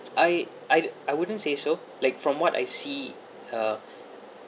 I I I wouldn't say so like from what I see her